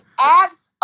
act